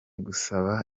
gusaba